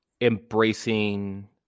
embracing